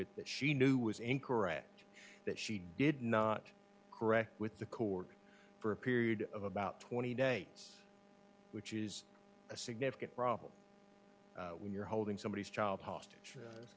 vit that she knew was incorrect that she did not correct with the court for a period of about twenty days which is a significant problem when you're holding somebody's child hostage